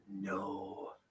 No